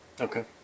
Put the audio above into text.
Okay